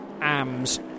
ams